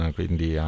quindi